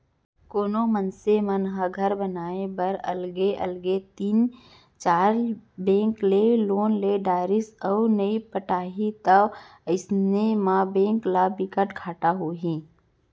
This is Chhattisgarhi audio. कोनो मनसे ह घर बनाए बर अलगे अलगे तीनए चार बेंक ले लोन ले डरिस अउ नइ पटाही त अइसन म बेंक ल बिकट घाटा होही